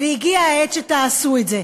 והגיעה העת שתעשו את זה,